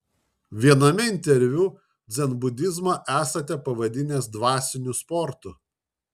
viename interviu dzenbudizmą esate pavadinęs dvasiniu sportu